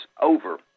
over